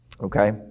Okay